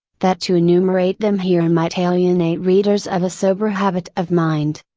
that to enumerate them here and might alienate readers of a sober habit of mind.